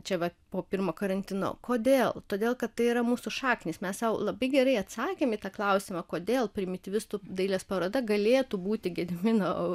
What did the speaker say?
čia vat po pirmo karantino kodėl todėl kad tai yra mūsų šaknys mes sau labai gerai atsakėm į tą klausimą kodėl primityvistų dailės paroda galėtų būti gedimino